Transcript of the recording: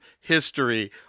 history